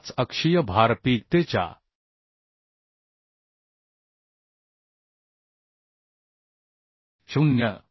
5 अक्षीय भार PTe च्या 0